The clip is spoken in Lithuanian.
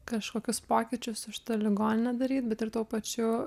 kažkokius pokyčius už ligoninę daryt bet ir tuo pačiu